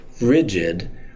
rigid